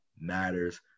matters